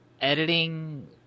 editing